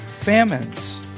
Famines